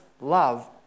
love